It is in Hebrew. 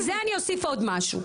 על זה אני אוסיף עוד משהו,